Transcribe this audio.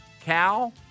Cal